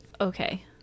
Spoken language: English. Okay